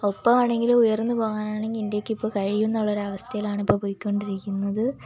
ഒപ്പാണെങ്കിലും ഉയർന്നു പോകാനാണ് ഇന്ത്യക്ക് ഇപ്പോൾ കഴിയും എന്നുള്ളൊരു അവസ്ഥയിലാണ് ഇപ്പോൾ പോയിക്കൊണ്ടിരിക്കുന്നത്